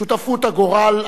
שותפות הגורל,